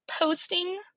posting